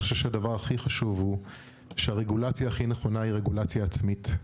אני חושב שהדבר הכי חשוב הוא שהרגולציה הכי נכונה היא רגולציה עצמית.